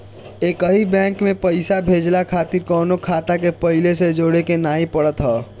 एकही बैंक में पईसा भेजला खातिर कवनो खाता के पहिले से जोड़े के नाइ पड़त हअ